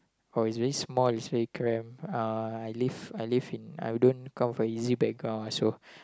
oh it's very small it's very cramp uh I live I live in I don't come from easy background also